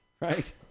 right